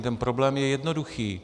Ten problém je jednoduchý.